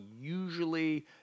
usually